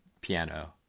piano